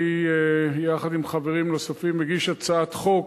אני, יחד עם חברים נוספים, מגיש הצעת חוק